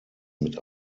mit